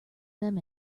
them